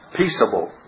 peaceable